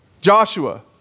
Joshua